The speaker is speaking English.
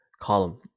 column